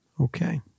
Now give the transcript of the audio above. Okay